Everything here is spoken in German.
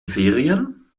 ferien